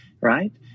right